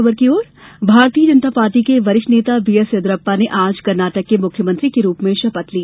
Karnataka Bharatiya Janata Party के वरिष्ठ ं नेता बी एस येदियुरप्पा ने आज कर्नाटक के मुख्ययमंत्री के रूप में शपथ ली